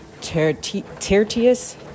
Tertius